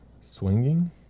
swinging